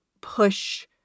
push